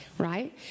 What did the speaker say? Right